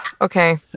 okay